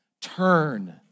Turn